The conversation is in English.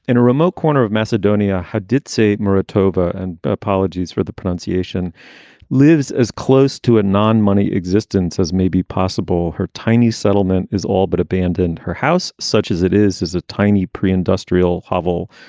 in a remote corner of macedonia. how did say mira tobar and apologies for the pronunciation lives as close to a non-money existence as may be possible. her tiny settlement is all but abandoned. her house, such as it is, is a tiny pre-industrial hovel.